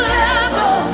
level